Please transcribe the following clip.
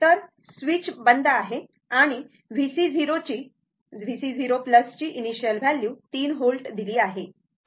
तर स्विच बंद आहे आणि VC0 ची इनीशीयल व्हॅल्यू 3 व्होल्ट दिली आहे